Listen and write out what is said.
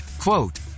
quote